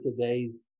today's